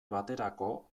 baterako